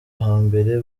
hambere